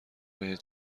بهت